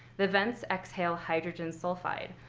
the vents exhale hydrogen sulfide,